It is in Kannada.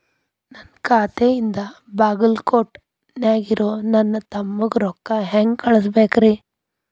ನನ್ನ ಖಾತೆಯಿಂದ ಬಾಗಲ್ಕೋಟ್ ನ್ಯಾಗ್ ಇರೋ ನನ್ನ ತಮ್ಮಗ ರೊಕ್ಕ ಹೆಂಗ್ ಕಳಸಬೇಕ್ರಿ?